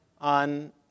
on